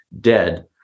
dead